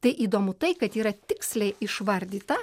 tai įdomu tai kad yra tiksliai išvardyta